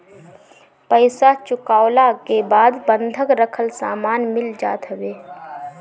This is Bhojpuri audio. पईसा चुकवला के बाद बंधक रखल सामान मिल जात हवे